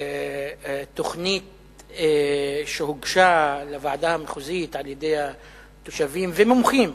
תוכנית שהוגשה לוועדה המחוזית על-ידי התושבים ומומחים,